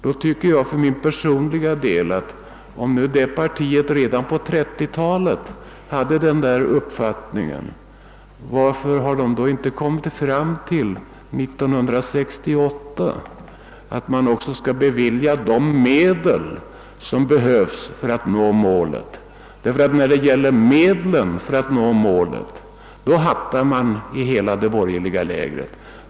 Om centerpartiet redan på 1930 talet hyste denna uppfattning, varför har partiet då inte år 1968 kommit fram till att man också bör bevilja de medel som behövs för att nå målet? När det gäller dessa medel »hattar» man i hela det borgerliga lägret.